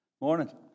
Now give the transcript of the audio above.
Morning